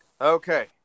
Okay